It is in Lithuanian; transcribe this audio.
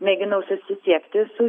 mėginau susisiekti su